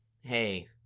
hey